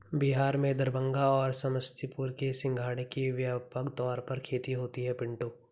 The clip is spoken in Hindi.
बिहार में दरभंगा और समस्तीपुर में सिंघाड़े की व्यापक तौर पर खेती होती है पिंटू